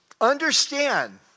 understand